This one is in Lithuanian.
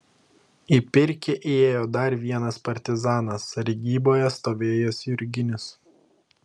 į pirkią įėjo dar vienas partizanas sargyboje stovėjęs jurginis